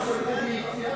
אבל זה מה שבוגי הציע ופרשנו.